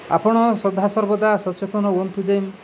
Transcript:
ଆପଣ ସଦା ସର୍ବଦା ସଚେତନ ହୁଅନ୍ତୁ ଯେ